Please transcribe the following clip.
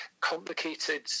complicated